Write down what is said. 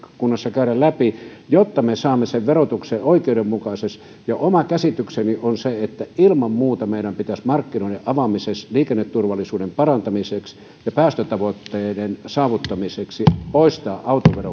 käydä läpi jotta me saamme sen verotuksen oikeudenmukaiseksi oma käsitykseni on se että ilman muuta meidän pitäisi markkinoiden avaamiseksi liikenneturvallisuuden parantamiseksi ja päästötavoitteiden saavuttamiseksi poistaa autovero